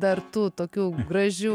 dar tų tokių gražių